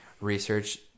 research